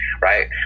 right